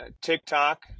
TikTok